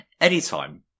anytime